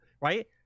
right